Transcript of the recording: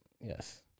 Yes